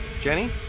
Jenny